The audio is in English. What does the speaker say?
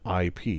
IP